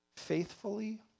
faithfully